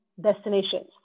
destinations